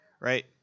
right